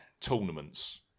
tournaments